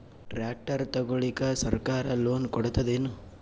Tractor ತಗೊಳಿಕ ಸರ್ಕಾರ loan ಕೊಡತದೇನು?